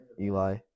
Eli